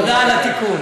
תודה על התיקון.